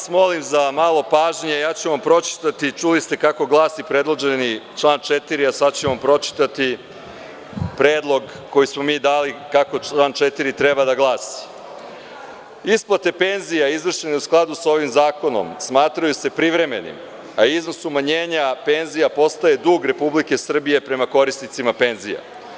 Molim vas za malo pažnje, pročitaću vam, čuli ste kako glasi predloženi član 4, a pročitaću vam predlog koji smo mi dali kako član 4. treba da glasi – isplate penzija izvršene u skladu sa ovim zakonom smatraju se privremenim, a iznos umanjenja penzija postaje dug RS prema korisnicima penzija.